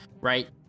right